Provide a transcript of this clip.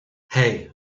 hey